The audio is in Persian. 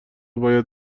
باید